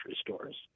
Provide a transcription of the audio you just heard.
stores